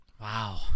Wow